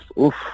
oof